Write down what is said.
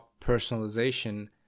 personalization